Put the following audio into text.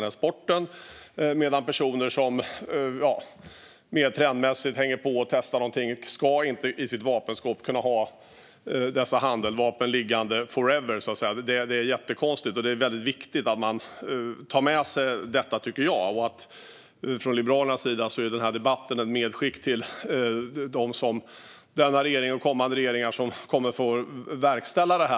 När det däremot gäller personer som mer trendmässigt hänger på och testar något ska de inte kunna ha handeldvapen liggande i sitt vapenskåp forever. Det är jättekonstigt. Det är viktigt att man tar med sig detta. Liberalerna ser den här debatten som ett medskick till regeringen och kommande regeringar som kommer att få verkställa detta.